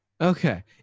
Okay